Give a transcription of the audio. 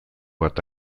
bat